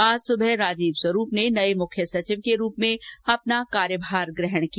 आज सुबह राजीव स्वरूप ने नये मुख्य सचिव के रूप में अपना कार्यभार ग्रहण किया